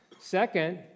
Second